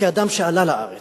כאדם שעלה לארץ,